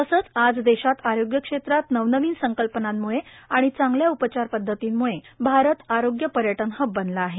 तसंच आज देशात आरोग्य क्षेत्रात नवनवीन संकल्पनांम्ळे आणि चांगल्या उपचार पद्धतीम्ळे भारत आरोग्य पर्यटन हब बनला आहे